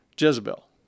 Jezebel